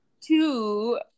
Two